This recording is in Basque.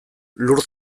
lur